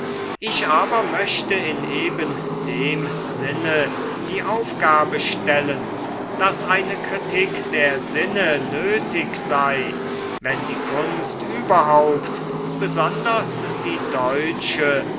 ich aber möchte in eben dem sinne die aufgabe stellen daß eine kritik der sinne nötig sei wenn die kunst überhaupt besonders die deutsche